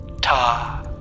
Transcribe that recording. ta